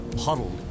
huddled